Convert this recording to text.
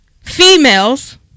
females